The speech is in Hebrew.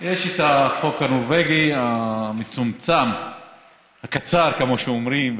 יש את החוק הנורבגי המצומצם, הקצר, כמו שאומרים.